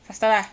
faster lah